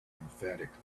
emphatically